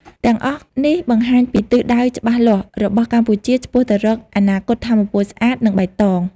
ទាំងអស់នេះបង្ហាញពីទិសដៅច្បាស់លាស់របស់កម្ពុជាឆ្ពោះទៅរកអនាគតថាមពលស្អាត និងបៃតង។